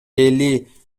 эли